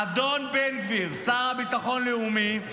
אדון בן גביר, שר לביטחון לאומי,